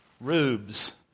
rubes